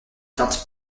teintes